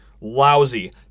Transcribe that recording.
lousy